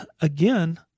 again